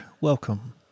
welcome